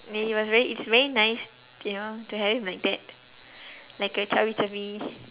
mean it was very it's very nice you know to have him like that like a chubby chubby